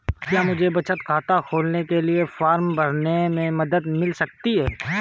क्या मुझे बचत खाता खोलने के लिए फॉर्म भरने में मदद मिल सकती है?